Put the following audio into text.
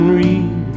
read